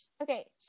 Okay